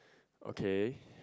okay